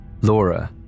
Laura